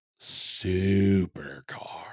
supercar